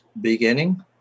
beginning